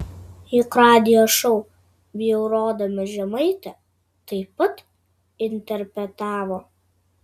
juk radijo šou bjaurodami žemaitę taip pat interpretavo